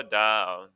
down